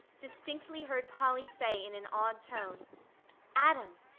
distinctly heard polly say in an awed tone adam,